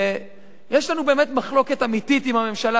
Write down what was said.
ויש לנו באמת מחלוקת אמיתית עם הממשלה